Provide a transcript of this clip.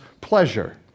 pleasure